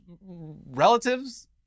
relatives